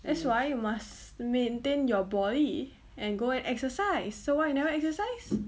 that's why you must maintain your body and go and exercise so why you never exercise